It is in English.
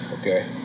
Okay